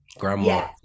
Grandma